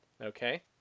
Okay